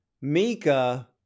Mika